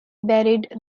buried